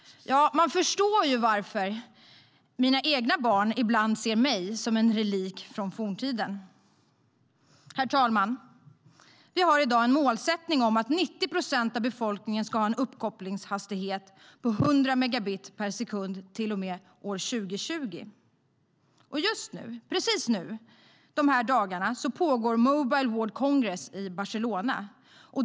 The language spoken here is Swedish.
Jag förstår varför mina egna barn ibland ser mig som en relik från forntiden. Herr talman! Vi har i dag målsättningen att 90 procent av befolkningen ska ha en uppkopplingshastighet på 100 megabit per sekund till och med år 2020. Just nu pågår Mobile World Congress i Barcelona.